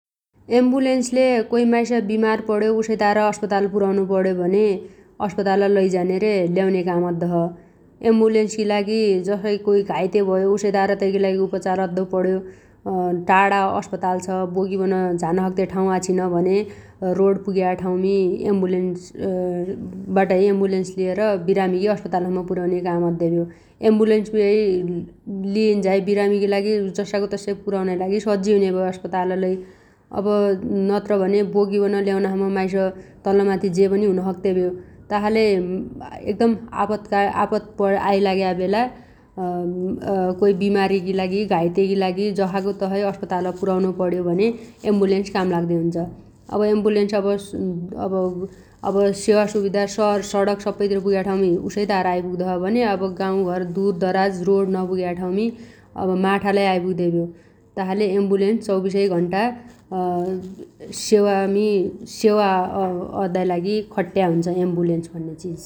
एम्बुलेन्सले कोइ माइस बिमार पण्यो उसैतार अस्पताल पुर्याउनुपण्यो भने अस्पताल लैझाने रे ल्याउने काम अद्दोछ । एम्बुलेन्सखी लागि जसइ कोइ घाइते भयो उसैतार तैगिलागि उपचार अद्दो पण्यो टाणा अस्पताल छ बोकिबन झान सक्ते ठाउ आछिन भने रोड पुग्या ठाउमी एम्बुलेन्स बाटाहै एम्बुलेन्स लिएर बिरामीखी अस्पतालसम्म पुर्याउने काम अद्दे भ्यो । एम्बुलेन्समी है लिइन्झाइ बिरामीगी लागि जस्सागो तस्सै पुर्याउनाइ लागि सज्जि हुने भ्यो अस्पताल लै । अब नत्रभने बोकिबन ल्याउनासम्म माइस तलमाथि जेबनी हुन सक्ते भ्यो । तासाले एकदम आपत आइलाग्या बेला कोइ बिमारीगी लागि घाइतेगी लागि जसागो तसइ अस्पताल पुर्याउनु पण्यो भने एम्बुलेन्स काम लाग्दे हुन्छ । अब एम्बुलेन्स अब सेवा सुविधा शहर सडक सप्पैतिर पुग्या ठाउमी उसैतार आइपुग्दो छ भने अब गाउघर दुर दराज रोड नपुग्या ठाउमी अब माठालै आइपुग्दे भ्यो । तासाले एम्बुलेन्स चौबिसै घण्टा सेवामी-सेवा अद्दाइ लागि खट्ट्या हुन्छ एम्बुलेन्स भन्ने चिज ।